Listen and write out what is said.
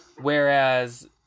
Whereas